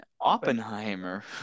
Oppenheimer